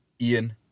Ian